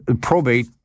probate